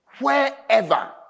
wherever